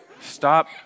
Stop